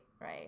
right